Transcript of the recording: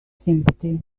sympathy